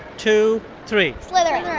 two, three slytherin yeah